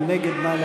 מי נגד?